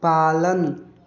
पालन